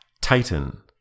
Titan